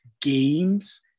games